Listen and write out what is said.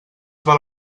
val